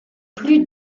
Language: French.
plus